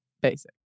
basic